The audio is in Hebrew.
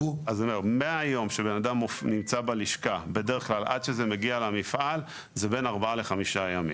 מהיום שאדם נמצא בלשכה עד שזה מגיע למפעל זה בין ארבעה לחמישה ימים.